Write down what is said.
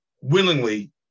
willingly